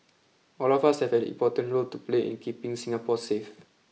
all of us have an important role to play in keeping Singapore safe